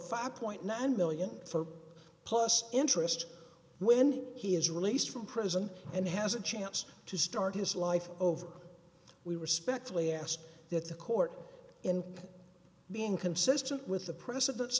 five point nine million for plus interest when he is released from prison and has a chance to start his life over we respectfully ask that the court in being consistent with the precedents